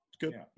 Good